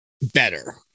better